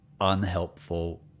unhelpful